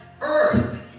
earth